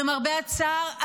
למרבה הצער,